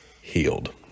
healed